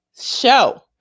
show